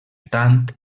tant